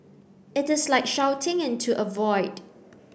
it is like shouting into a void